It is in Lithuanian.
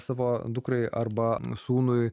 savo dukrai arba sūnui